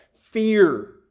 Fear